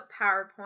PowerPoint